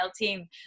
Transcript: team